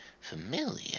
familiar